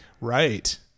Right